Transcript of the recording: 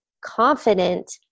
confident